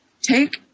take